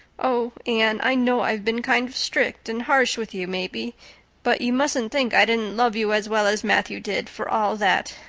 oh, anne, i know i've been kind of strict and harsh with you maybe but you mustn't think i didn't love you as well as matthew did, for all that.